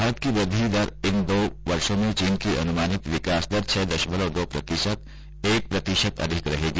भारत की वृद्धि दर इन दो वर्षो में चीन की अनुमानित विकास दर छह दशमलव दो प्रतिशत से एक प्रतिशत अधिक रहेगी